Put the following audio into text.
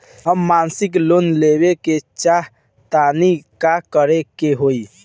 हम मासिक लोन लेवे के चाह तानि का करे के होई?